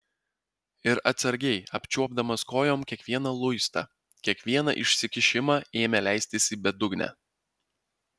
ir atsargiai apčiuopdamas kojom kiekvieną luistą kiekvieną išsikišimą ėmė leistis į bedugnę